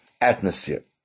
atmosphere